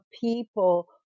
people